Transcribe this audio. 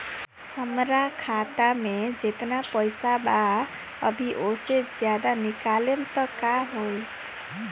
हमरा खाता मे जेतना पईसा बा अभीओसे ज्यादा निकालेम त का होई?